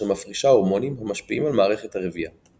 אשר מפרישה הורמונים המשפיעים על מערכת הרבייה.